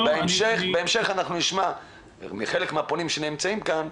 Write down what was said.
בהמשך אנחנו נשמע את חלק מהפונים שנמצאים כאן.